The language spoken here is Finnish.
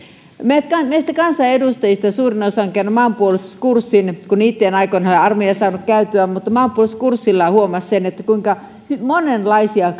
meistä kansanedustajista suurin osa on käynyt maanpuolustuskurssin itse en aikoinaan armeijaa saanut käydä mutta maanpuolustuskurssilla huomasi sen kuinka monenlaisia